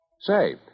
Say